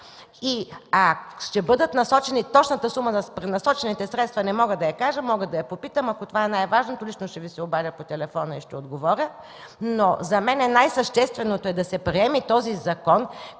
а после закона. Точната сума на пренасочените средства не мога да кажа, мога да попитам. Ако това е най-важното, личното ще Ви се обадя по телефона и ще отговоря. За мен най-същественото е да се приеме този закон,